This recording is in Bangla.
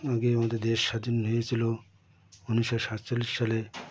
আগে আমাদের দেশ স্বাধীন হয়েছিল উনিশশো সাতচল্লিশ সালে